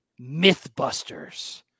Mythbusters